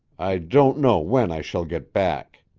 i don't know when i shall get back.